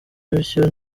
bityo